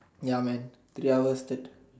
ya man three hours thirty